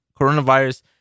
coronavirus